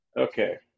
Okay